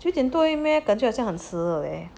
是九点多而已 meh 好像很迟了